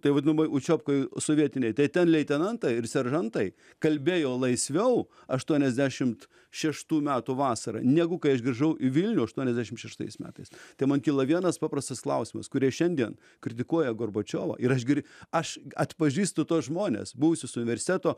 tai vadinama učiobkoj sovietinėj tai ten leitenantai ir seržantai kalbėjo laisviau aštuoniasdešimt šeštų metų vasarą negu kai aš grįžau į vilnių aštuoniasdešim šeštais metais tai man kyla vienas paprastas klausimas kurie šiandien kritikuoja gorbačiovą ir aš gir aš atpažįstu tuos žmones buvusius universiteto